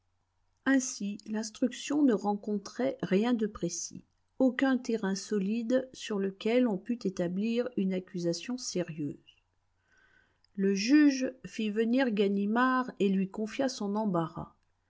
ainsi l'instruction ne rencontrait rien de précis aucun terrain solide sur lequel on pût établir une accusation sérieuse le juge fit venir ganimard et lui confia son embarras